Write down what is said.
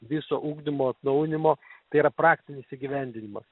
viso ugdymo atnaujinimo tai yra praktinis įgyvendinimas